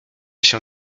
się